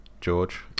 George